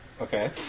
Okay